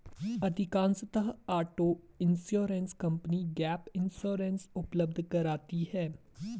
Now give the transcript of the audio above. अधिकांशतः auto insurance company gap insurance उपलब्ध कराती है